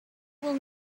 will